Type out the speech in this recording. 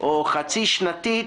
או חצי שנתית